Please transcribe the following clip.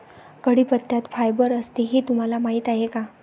कढीपत्त्यात फायबर असते हे तुम्हाला माहीत आहे का?